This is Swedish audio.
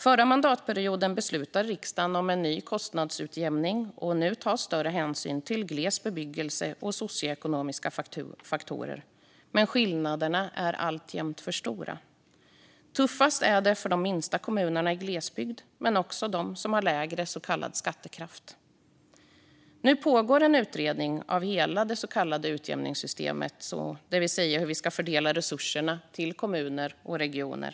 Förra mandatperioden beslutade riksdagen om en ny kostnadsutjämning, och nu tas större hänsyn till gles bebyggelse och socioekonomiska faktorer. Men skillnaderna är alltjämt för stora. Tuffast är det för de minsta kommunerna i glesbygd men också för dem som har lägre så kallad skattekraft. Nu pågår en utredning av hela det så kallade utjämningssystemet, det vill säga hur vi ska fördela resurserna till kommuner och regioner.